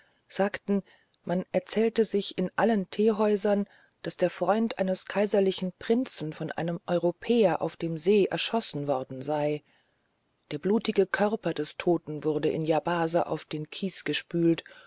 sagten man erzählte sich in allen teehäusern daß der freund eines kaiserlichen prinzen von einem europäer auf dem see erschossen worden sei der blutige körper des toten wurde in yabase auf den kies gespült